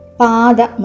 pada